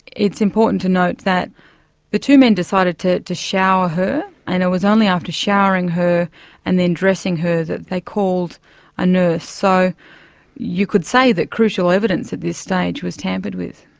it's important to note that the two men decided to to shower her and it was only after showering her and then dressing her that they called a nurse. so you could say that crucial evidence at this stage was tampered with.